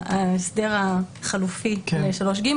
ההסדר החלופי ל-3ג,